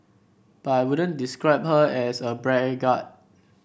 but I wouldn't describe her as a braggart